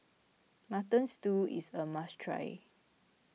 Mutton Stew is a must try